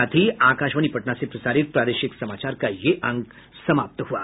इसके साथ ही आकाशवाणी पटना से प्रसारित प्रादेशिक समाचार का ये अंक समाप्त हुआ